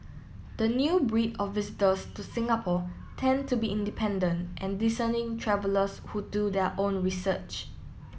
the new breed of visitors to Singapore tend to be independent and discerning travellers who do their own research